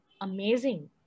amazing